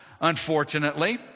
unfortunately